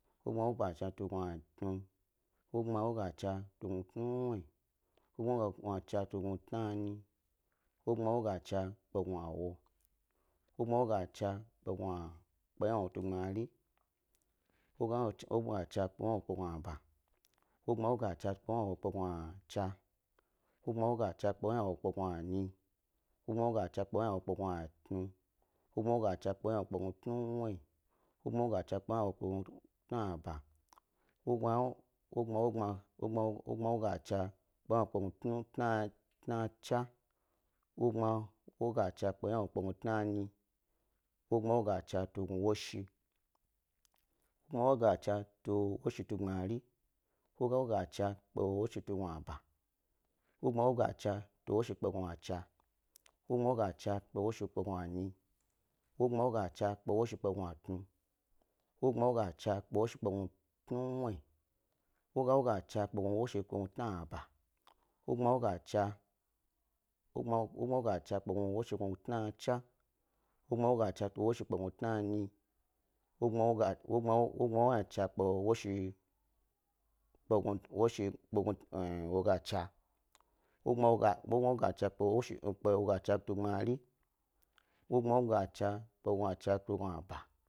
Wogbma wogachna tu gnu tnuwnuwyi, wogbma woga chna tu gnu tnanyi, wogbma woga chna kpe gnuwo, wogbma wogachna kpe ynawo tu gbmari, wogbma wogachna kpe ynawo tu gbu'aba, wogbma wogachna kpe ynawo kpe gnuchna, wogbma wogachna kpe ynawo kpe ynanyi, wogbma wogachna kpe ynawo kpe yna tnu, wogbma wogachni kpe ynawokpe tnuwnuki, wogbma wogachna kpe tnaba, wogbma wogachna kpe tnachna, wogbma woga chna kpe tnanyi, wogbma woga chna tu gnu woshi, wogbma woga chna tu woshi tugbmari, wogbma wogachna tu woshi tu gnuba, wogbma woga chna tu woshi tu gnuchna, wogbma woga chna tu woshi tu gnunyi, wogbma woga chna tu woshi kpe gnu tnu, wogbma wogachna tu woshi kpe tnuwnuwyi, wogbma woga chna kpe woshi kpe tnu'aba, wogbma woga chna kpe woshi kpe tnachna, wogbma woga chna kpe woshi kpe tnanyi, wogbma wogbma wogachna kpe woshi, kpe woshi e hye wogachna, wogbma woga chna kpe woga chna tu b gbmari, wogbma woga chna kpe wogachna kpe gnucha kpe gnuba.